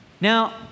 Now